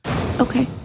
Okay